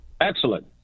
Excellent